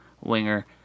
winger